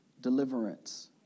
Deliverance